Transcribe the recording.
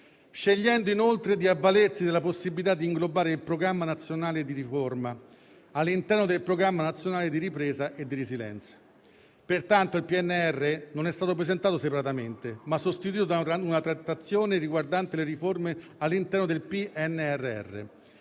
scegliendo inoltre di avvalersi della possibilità di inglobare il Programma nazionale di riforma all'interno del Programma nazionale di ripresa e resilienza. Pertanto, il PNR non è stato presentato separatamente, ma è stato sostituito da una trattazione riguardante le riforme all'interno del PNRR,